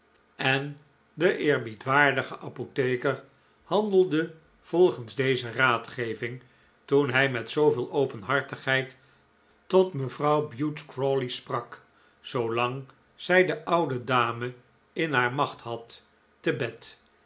en de eerbiedwaardige apotheker handelde volgens deze raadgeving toen hij met zooveel openhartigheid tot mevrouw bute crawley sprak zoolang zij de oude dame in haar macht had te bed